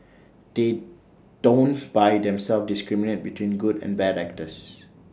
they don't by themselves discriminate between good and bad actors